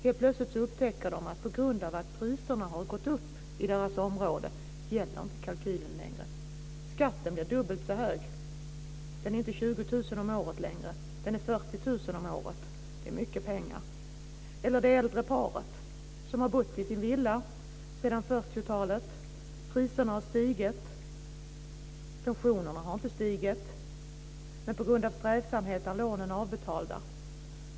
Helt plötsligt upptäcker de att på grund av att priserna har gått upp i deras område gäller kalkylen inte längre. Skatten är dubbelt så hög. Den är inte längre 20 000 kr om året utan 40 000 kr om året. Det är mycket pengar. Eller så har vi det äldre paret som har bott i sin villa sedan 40-talet. Priserna har stigit, men pensionerna har inte stigit. Tack vare strävsamhet är lånen avbetalda.